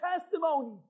testimony